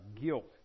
guilt